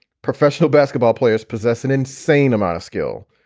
professional basketball players possess an insane amount of skill.